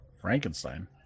Frankenstein